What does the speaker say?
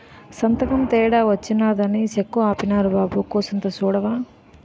సంతకం తేడా వచ్చినాదని సెక్కు ఆపీనారు బాబూ కూసంత సూడవా